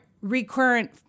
recurrent